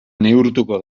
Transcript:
neurtuko